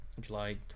July